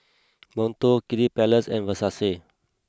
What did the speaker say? Monto Kiddy Palace and Versace